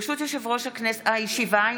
ברשות יושב-ראש הישיבה,